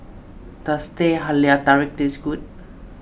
does Teh Halia Tarik taste good